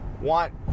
want